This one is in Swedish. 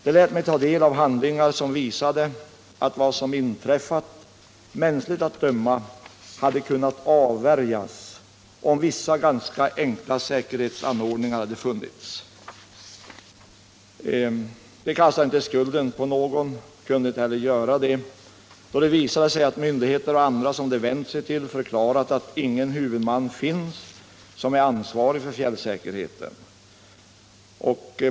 De lät mig ta del av handlingar som visade att vad som inträffat mänskligt att döma hade kunnat avvärjas om vissa ganska enkla säkerhetsanordningar funnits. De kastade inte skulden på någon — de kunde inte göra det då det hade visat sig att myndigheter och andra som de vänt sig till hade förklarat att ingen huvudman finns som är ansvarig för fjällsäkerheten.